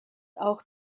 auch